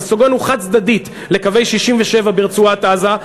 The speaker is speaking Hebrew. נסוגונו חד-צדדית לקווי 67' ברצועת-עזה,